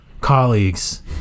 Colleagues